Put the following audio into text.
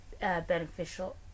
beneficial